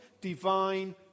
divine